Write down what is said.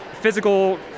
physical